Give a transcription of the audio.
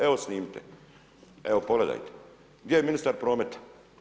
Evo snimite, evo pogledajte, gdje je ministar prometa?